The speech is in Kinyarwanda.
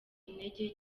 intege